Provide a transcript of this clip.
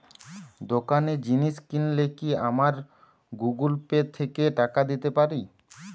দোকানে জিনিস কিনলে কি আমার গুগল পে থেকে টাকা দিতে পারি?